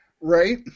Right